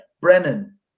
Brennan